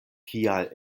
kial